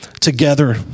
together